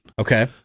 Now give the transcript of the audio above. Okay